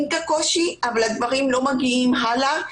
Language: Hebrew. את הקושי אבל הדברים לא מגיעים הלאה.